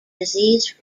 disease